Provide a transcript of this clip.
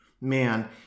Man